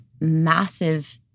massive